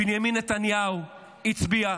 בנימין נתניהו הצביע בעד.